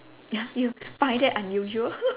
ya you find that unusual